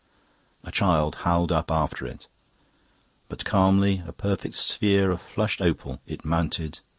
a child howled up after it but calmly, a perfect sphere of flushed opal, it mounted,